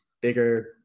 bigger